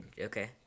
okay